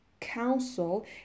council